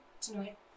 tonight